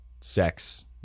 sex